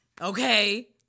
Okay